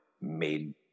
made